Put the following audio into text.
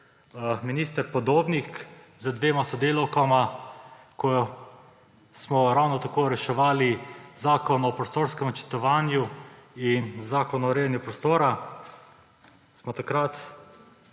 minister Podobnik z dvema sodelavkama, ko smo ravno tako reševali Zakon o prostorskem načrtovanju in Zakon o urejanju prostora, smo takrat